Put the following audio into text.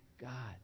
God